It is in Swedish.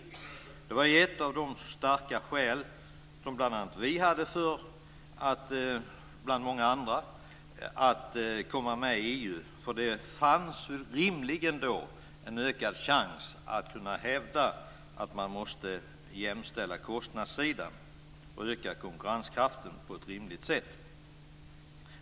Detta var ett av många andra starka skäl som bl.a. vi hade för att komma med i EU. Rimligen fanns det då en större chans att hävda att man måste jämställa på kostnadssidan och öka konkurrenskraften på ett rimligt sätt.